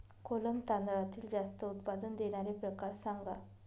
कोलम तांदळातील जास्त उत्पादन देणारे प्रकार सांगा